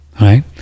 right